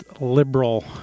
liberal